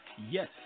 Yes